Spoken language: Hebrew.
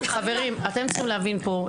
חברים, אתם צריכים להבין פה.